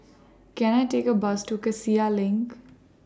Can I Take A Bus to Cassia LINK